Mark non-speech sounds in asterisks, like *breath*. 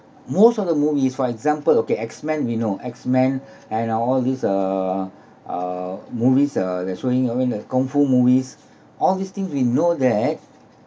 most of the movies for example okay X men you know X men *breath* and uh all these uh uh movies uh they're showing all the kung fu movies all these things we know that